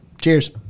Cheers